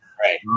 Right